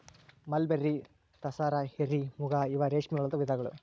mulberry, tasar, eri, muga ಇವ ರೇಶ್ಮೆ ಹುಳದ ವಿಧಗಳು